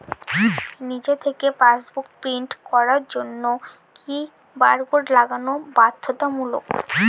নিজে থেকে passbook print করার জন্য কি বারকোড লাগানো বাধ্যতামূলক?